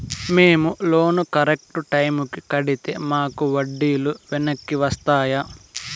మేము loan correct టైముకి కట్టితే మాకు వడ్డీ లు వెనక్కి వస్తాయా?